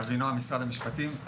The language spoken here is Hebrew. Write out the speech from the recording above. אבינועם, משרד המשפטים.